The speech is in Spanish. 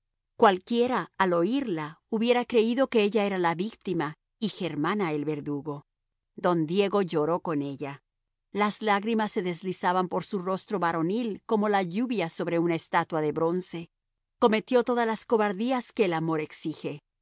cualquiera al oírla hubiera creído que ella era la víctima y germana el verdugo don diego lloró con ella las lágrimas se deslizaban por su rostro varonil como la lluvia sobre una estatua de bronce cometió todas las cobardías que el amor exige